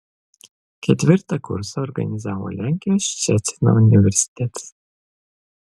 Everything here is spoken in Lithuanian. ketvirtą kursą organizavo lenkijos ščecino universitetas